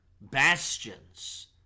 bastions